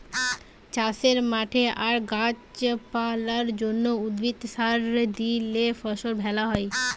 চাষের মাঠে আর গাছ পালার জন্যে, উদ্ভিদে সার দিলে ফসল ভ্যালা হয়